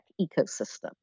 ecosystem